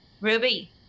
Ruby